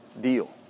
deal